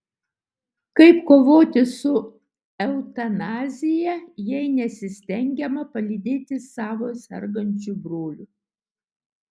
kaip kovoti su eutanazija jei nesistengiama palydėti savo sergančių brolių